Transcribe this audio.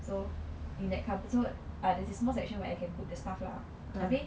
so in that cup~ so ada a small section where I can put the stuff lah abeh